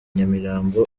nyamirambo